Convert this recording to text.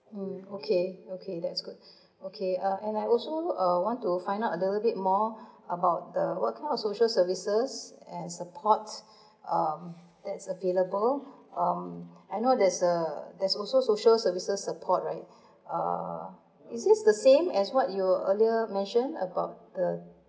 mm okay okay that's good okay uh and I also uh want to find out another bit more about the what kind of social services and support um that's available um I know there's a there's also social services support right uh is this the same as what you earlier mention about the